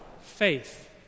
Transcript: faith